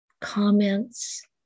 comments